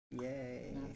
Yay